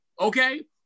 okay